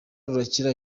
rurakira